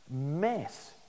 mess